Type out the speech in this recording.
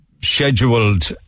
scheduled